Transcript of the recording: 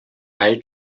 癌症